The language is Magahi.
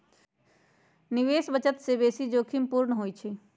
निवेश बचत से बेशी जोखिम पूर्ण होइ छइ